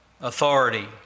authority